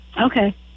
Okay